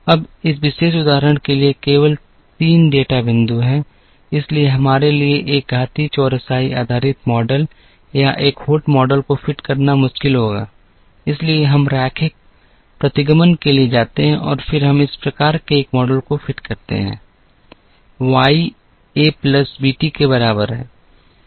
अब इस विशेष उदाहरण के लिए केवल 3 डेटा बिंदु हैं इसलिए हमारे लिए एक घातीय चौरसाई आधारित मॉडल या एक होल्ट मॉडल को फिट करना मुश्किल होगा इसलिए हम रैखिक प्रतिगमन के लिए जाते हैं और फिर हम प्रकार के एक मॉडल को फिट कर सकते हैं Y एक प्लस b t के बराबर है